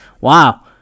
wow